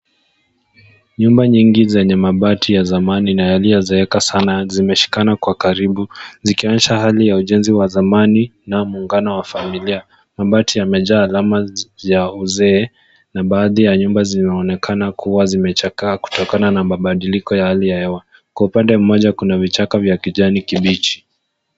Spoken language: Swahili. Nyumba nyingi zenye mabati ya zamani na yaliyozeeka sana zimeshikana kwa karibu zikionyesha hali ya ujenzi wa zamani na muungano wa familia. Mabati yamejaa alama ya uzee na baadhi ya nyumba zinaonekana kuwa zimechakaa kutokana na mabadiliko ya hali ya hewa. Kwa upande mmoja kuna vichaka vya kijani kibichi.